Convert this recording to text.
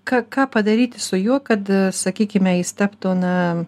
ką ką padaryti su juo kad sakykime jis taptų na